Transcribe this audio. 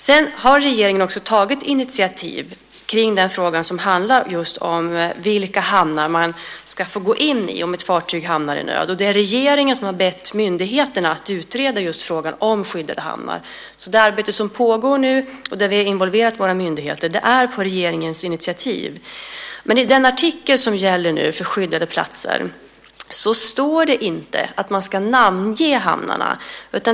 Regeringen har också tagit initiativ kring frågan om vilka hamnar man ska få gå in i om ett fartyg hamnar i nöd. Det är regeringen som har bett myndigheterna att utreda just frågan om skyddade hamnar. Det arbete som nu pågår och där vi har involverat våra myndigheter sker alltså på regeringens initiativ. I den artikel som nu gäller för skyddade platser står det dock inte att man ska namnge hamnarna.